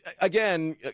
again